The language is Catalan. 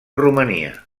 romania